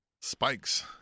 spikes